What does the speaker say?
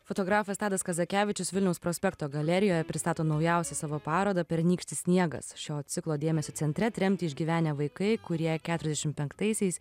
fotografas tadas kazakevičius vilniaus prospekto galerijoje pristato naujausią savo parodą pernykštis sniegas šio ciklo dėmesio centre tremtį išgyvenę vaikai kurie keturiasdešim penktaisiais